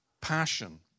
passion